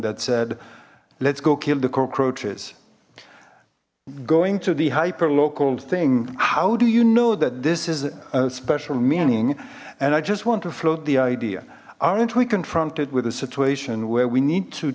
that said let's go kill the cockroaches going to the hyperlocal thing how do you know that this is a special meaning and i just want to float the idea aren't we confronted with a situation where we need to